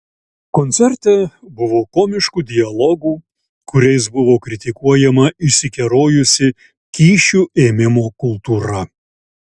koncerte buvo komiškų dialogų kuriais buvo kritikuojama išsikerojusi kyšių ėmimo kultūra